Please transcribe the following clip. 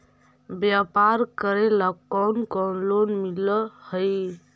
व्यापार करेला कौन कौन लोन मिल हइ?